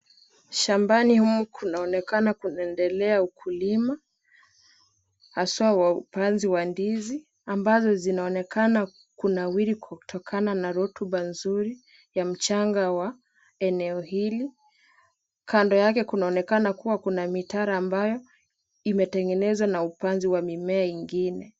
Shambani humu kunaonekana kunaendelea ukulima, haswa za upanzi wa ndizi, ambazo zinaonekana kunawiri kutokana na rotuba nzuri ya mchanga wa eneo hili. Kando yake kunaonekana kuwa kuna mitaro ambayo imetengenezwa na upanzi wa mimea ingine.